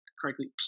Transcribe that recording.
correctly